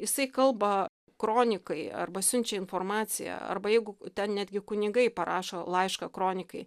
jisai kalba kronikai arba siunčia informaciją arba jeigu ten netgi kunigai parašo laišką kronikai